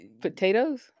potatoes